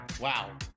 wow